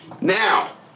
Now